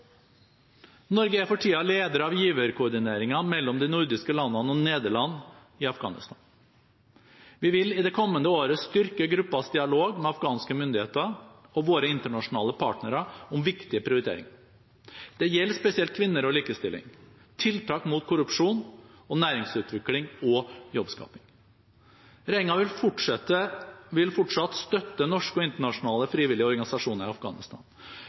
Norge er for tiden leder av giverkoordineringen mellom de nordiske landene og Nederland i Afghanistan. Vi vil i det kommende året styrke gruppens dialog med afghanske myndigheter og våre internasjonale partnere om viktige prioriteringer. Det gjelder spesielt kvinner og likestilling, tiltak mot korrupsjon og næringsutvikling og jobbskaping. Regjeringen vil fortsatt støtte norske og internasjonale frivillige organisasjoner i Afghanistan.